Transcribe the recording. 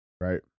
Right